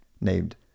named